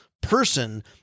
person